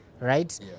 right